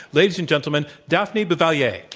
ladies and gentlemen, daphne bavelier.